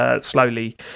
slowly